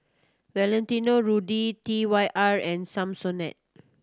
Valentino Rudy T Y R and Samsonite